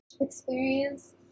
experience